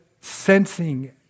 sensing